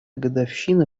годовщина